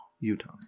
Utah